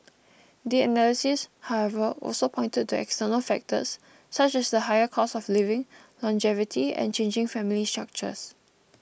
the analysts however also pointed to external factors such as the higher cost of living longevity and changing family structures